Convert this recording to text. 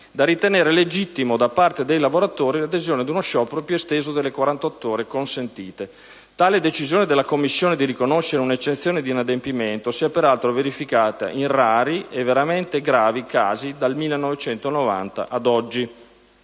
da ritenere legittima da parte dei lavoratori l'adesione ad uno sciopero più esteso delle 48 ore consentite. Tale decisione della Commissione di riconoscere una eccezione di inadempimento si è peraltro verificata in rari, e veramente gravi, casi, dal 1990 ad oggi.